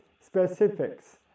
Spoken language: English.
specifics